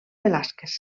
velázquez